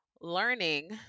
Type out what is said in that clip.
learning